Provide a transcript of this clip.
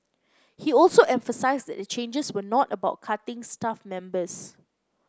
he also emphasised that the changes were not about cutting staff members